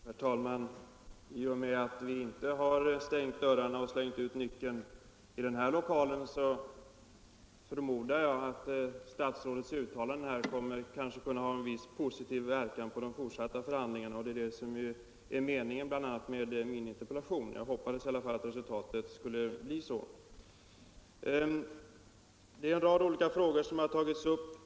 Herr talman! I och med att vi inte har stängt dörrarna till den här lokalen och slängt ut nyckeln förmodar jag att statsrådets uttalanden här kommer att ha en viss positiv verkan på de fortsatta förhandlingarna. Det var bl.a. det som var meningen med min interpellation. Jag hoppades i alla fall att resultatet skulle bli så. Det är en rad olika frågor som har tagits upp.